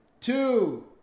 Two